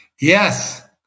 Yes